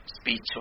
speech